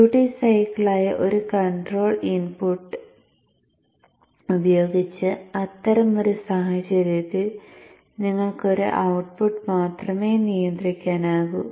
duty സൈക്കിളായ ഒരു control input ഉപയോഗിച്ച് അത്തരമൊരു സാഹചര്യത്തിൽ നിങ്ങൾക്ക് ഒരു ഔട്ട്പുട്ട് മാത്രമേ നിയന്ത്രിക്കാനാകൂ